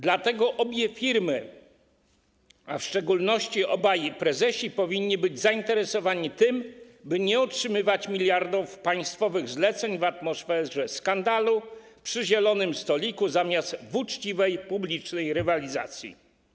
Dlatego obie firmy, a w szczególności obaj prezesi powinni być zainteresowani tym, by nie otrzymywać miliardów z państwowych zleceń w atmosferze skandalu przy zielonym stoliku zamiast w uczciwej, publicznej rywalizacji.